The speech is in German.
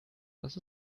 dass